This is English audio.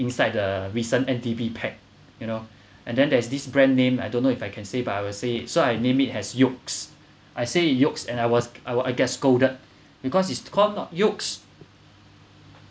inside the recent MTV pack you know and then there's this brand name I don't know if I can say but I will say it so I name it as yeo's I say yeo's and I was I get scolded because it's called not yeo's